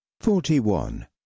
forty-one